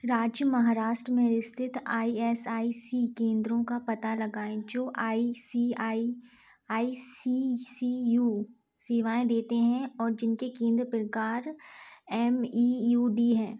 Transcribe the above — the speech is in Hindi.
राज्य महाराष्ट्र में स्थित ई एस आई सी केंद्रों का पता लगाएँ जो I C I I C C U सेवाएँ देते हैं और जिनके केंद्र प्रकार एम ई यू डी हैं